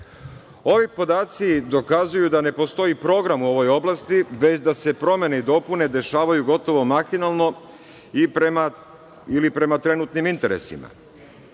podaci dokazuju da ne postoji program u ovoj oblasti, već da se promene i dopune dešavaju gotovo mahinalno ili prema trenutnim interesima. Samo